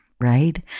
right